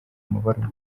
amabaruwa